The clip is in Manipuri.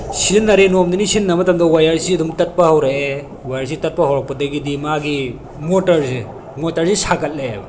ꯁꯤꯖꯤꯟꯅꯔꯦ ꯅꯣꯡ ꯅꯤꯅꯤ ꯁꯤꯖꯤꯟꯅꯕ ꯃꯇꯝꯗ ꯋꯌꯥꯔꯁꯤ ꯑꯗꯨꯝ ꯇꯠꯄ ꯍꯧꯔꯛꯑꯦ ꯋꯌꯥꯔꯁꯤ ꯇꯠꯄ ꯍꯧꯔꯛꯄꯗꯒꯤꯗꯤ ꯃꯥꯒꯤ ꯃꯣꯇꯣꯔꯁꯦ ꯃꯣꯇꯣꯔꯁꯦ ꯁꯥꯒꯠꯂꯛꯑꯦꯕ